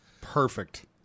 Perfect